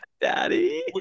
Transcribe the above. Daddy